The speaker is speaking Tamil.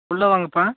உள்ளே வாங்கப்பா